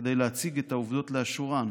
כדי להציג את העובדות לאשורן,